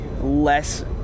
less